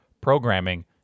programming